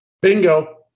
Bingo